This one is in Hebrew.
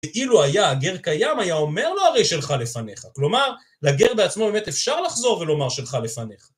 ואילו היה הגר קיים, היה אומר לו הרי שלך לפניך. כלומר, לגר בעצמו באמת אפשר לחזור ולומר שלך לפניך.